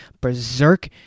berserk